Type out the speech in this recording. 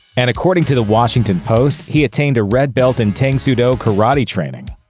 and according to the washington post, he attained a red belt in tang soo do karate training.